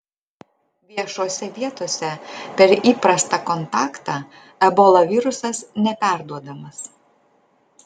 viešose vietose per įprastą kontaktą ebola virusas neperduodamas